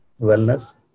wellness